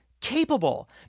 capable